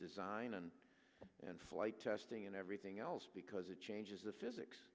design and and flight testing and everything else because it changes the physics